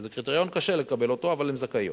שזה קריטריון שקשה לקבל אותו, אבל הן זכאיות.